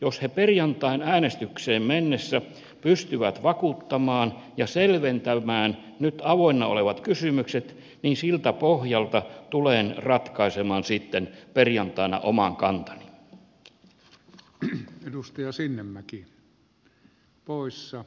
jos he perjantain äänestykseen mennessä pystyvät vakuuttamaan ja selventämään nyt avoinna olevat kysymykset niin siltä pohjalta tulen ratkaisemaan sitten perjantaina oman kantani